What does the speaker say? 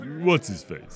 What's-his-face